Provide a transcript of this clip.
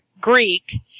greek